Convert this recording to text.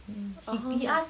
mm (uh huh)